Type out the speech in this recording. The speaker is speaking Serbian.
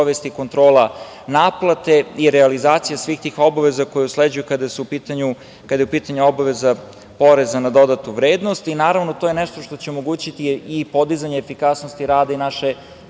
kontrola naplate i realizacija svih tih obaveza koja usleđuje kada je u pitanju obaveza poreza na dodatu vrednost i, naravno, to je nešto što će omogućiti i podizanje efikasnosti rada i naše